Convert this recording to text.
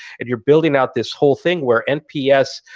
and you're building out this whole thing where nps,